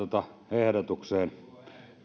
ehdotukseen